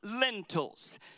lentils